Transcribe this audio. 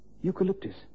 eucalyptus